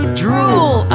drool